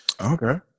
Okay